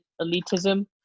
elitism